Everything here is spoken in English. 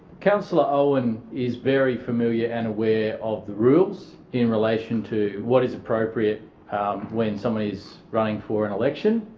councillor owen is very familiar and aware of the rules in relation to what is appropriate when someone is running for an election.